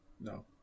No